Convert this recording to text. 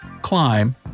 climb